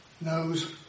knows